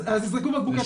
אז יזרקו בקבוקי תבערה.